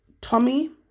tommy